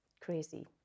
crazy